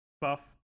buff